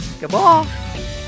goodbye